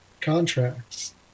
contracts